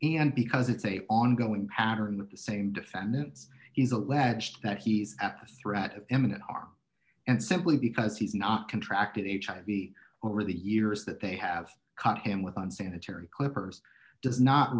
and because it's a ongoing pattern with the same defendants he's alleged that he's at threat of imminent harm and simply because he's not contract hiv over the years that they have caught him with unsanitary clippers does not